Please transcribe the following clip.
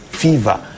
fever